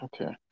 Okay